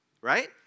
right